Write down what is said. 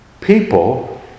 people